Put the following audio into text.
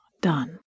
done